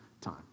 time